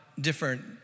different